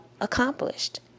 accomplished